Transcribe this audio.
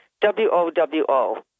W-O-W-O